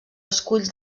esculls